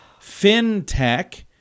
FinTech